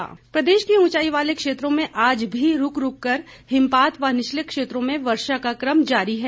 मौसम प्रदेश के ऊंचाई वाले क्षेत्रों में आज भी रूक रूककर हिमपात व निचले क्षेत्रों में वर्षा का कम जारी है